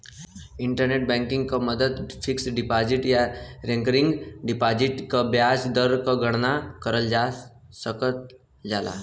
internet banking क मदद fixed deposit या रेकरिंग डिपाजिट क ब्याज दर क गणना करल जा सकल जाला